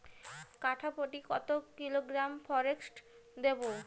কাঠাপ্রতি কত কিলোগ্রাম ফরেক্স দেবো?